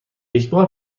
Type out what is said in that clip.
یکبار